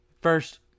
first